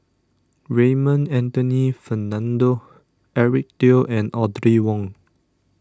Raymond Anthony Fernando Eric Teo and Audrey Wong